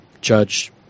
Judge